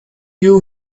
you